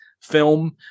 film